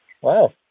Wow